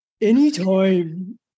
anytime